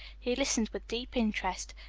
he listened with deep interest,